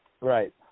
Right